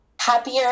happier